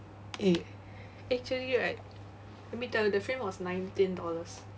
eh actually right let me tell you the frame was nineteen dollars